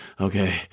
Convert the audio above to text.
okay –